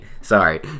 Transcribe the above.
sorry